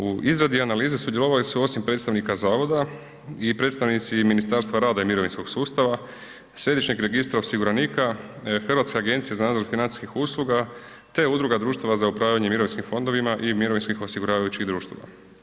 U izradi analize sudjelovali su osim predstavnika zavoda i predstavnici Ministarstva rada i mirovinskog sustava, Središnjeg registra osiguranika, Hrvatska agencija za nadzor financijskih usluga, te Udruga društava za upravljanje mirovinskim fondovima i mirovinskih osiguravajućih društava.